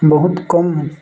ବହୁତ କମ୍